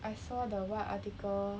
I saw the what article